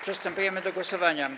Przystępujemy do głosowania.